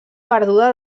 perduda